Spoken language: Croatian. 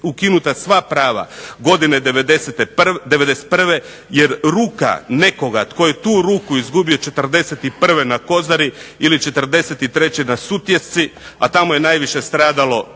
ukinuta sva prava godine '91. jer ruka nekoga tko je tu ruku izgubio '41. na Kozari ili '43. na Sutjesci a tamo je najviše stradalo